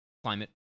Climate